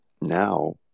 Now